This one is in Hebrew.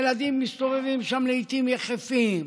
ילדים מסתובבים שם לעיתים יחפים,